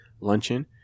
luncheon